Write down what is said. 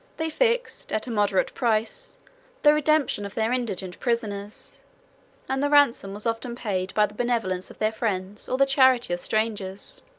they fixed at a moderate price the redemption of their indigent prisoners and the ransom was often paid by the benevolence of their friends, or the charity of strangers.